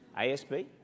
ASB